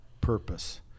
purpose